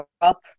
up